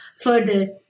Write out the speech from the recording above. further